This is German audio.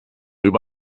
über